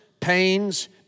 pains